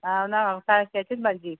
हांव ना म्हाका ताळक्याचीत भाजी